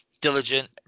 diligent